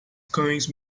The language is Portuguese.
cães